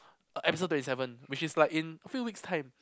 episode twenty seven which is like in few weeks time